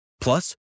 Plus